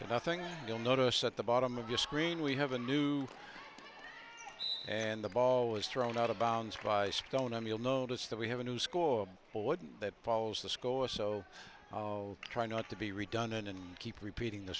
and i think you'll notice at the bottom of your screen we have a new and the ball was thrown out of bounds by stoneham you'll notice that we have a new score but wouldn't that follows the score so i'll try not to be redundant and keep repeating the